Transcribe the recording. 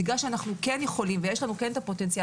בגלל שאנחנו כן יכולים ויש לנו כן את הפוטנציאל